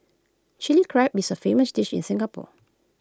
Chilli Crab is A famous dish in Singapore